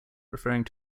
referring